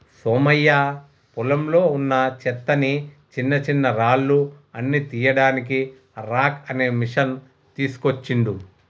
సోమయ్య పొలంలో వున్నా చెత్తని చిన్నచిన్నరాళ్లు అన్ని తీయడానికి రాక్ అనే మెషిన్ తీస్కోచిండు